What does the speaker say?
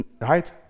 right